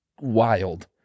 wild